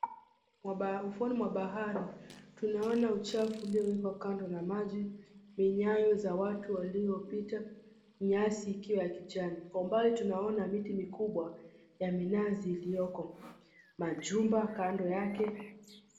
Ufuoni mwa bahari, tunaona uchafu uliowekwa kando na maji ni nyayo za watu waliopita na nyasi ikiwa ya kijani ambayo tunaona miti mikubwa ya minazi iliyoko. Majumba kando yake.